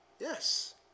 yes